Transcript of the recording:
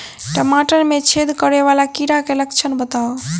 टमाटर मे छेद करै वला कीड़ा केँ लक्षण बताउ?